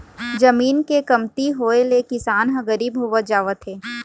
जमीन के कमती होए ले किसान ह गरीब होवत जावत हे